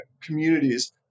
communities